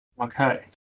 Okay